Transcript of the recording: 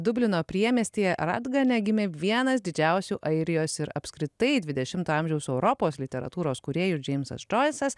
dublino priemiestyje radgane gimė vienas didžiausių airijos ir apskritai dvidešimto amžiaus europos literatūros kūrėjų džeimsas džoisas